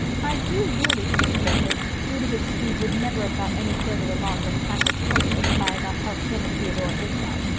i do really think, though, that ludovic speed would never have got any further along than placid courtship if i had not helped him and theodora dix out.